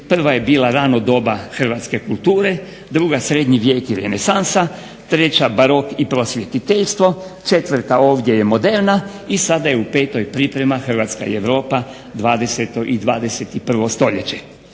prva je bila "Rano doba hrvatske kulture", druga "Srednji vijek i renesansa", treća "Barok i prosvjetiteljstvo", četvrta ovdje je "Moderna" i sada je u petoj priprema Hrvatska i Europa, 20. i 21. stoljeća.